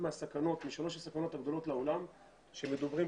משלוש הסכנות הגדולות לעולם כאשר מדברים,